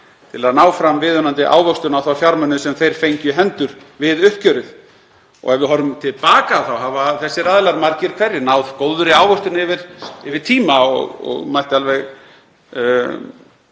til að ná fram viðunandi ávöxtun á þá fjármuni sem þeir fengju í hendur við uppgjörið. Ef við horfum til baka þá hafa þessir aðilar margir hverjir náð góðri ávöxtun yfir tíma og mætti alveg